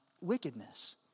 wickedness